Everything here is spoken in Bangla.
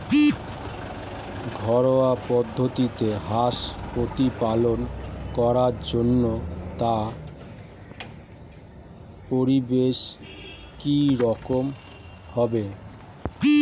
ঘরোয়া পদ্ধতিতে হাঁস প্রতিপালন করার জন্য তার পরিবেশ কী রকম হবে?